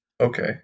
okay